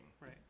Right